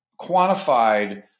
quantified